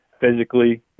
physically